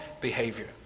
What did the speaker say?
behavior